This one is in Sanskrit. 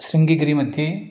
शृङ्गगिरिमध्ये